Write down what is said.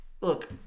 Look